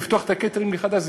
לפתוח את הקייטרינג מחדש,